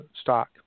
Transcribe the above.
stock